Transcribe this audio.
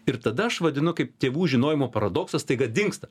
ir tada aš vadinu kaip tėvų žinojimo paradoksas staiga dingsta